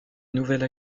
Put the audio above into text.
nouvelle